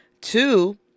two